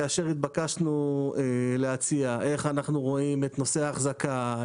כאשר התבקשנו להציע איך אנחנו רואים את נושא האחזקה,